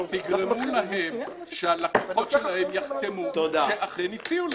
תגרמו להם שהלקוחות שלהם יחתמו שאכן הציעו להם.